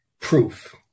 proof